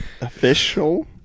Official